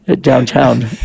downtown